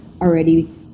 already